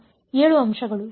7 ಅಂಶಗಳು ಸರಿ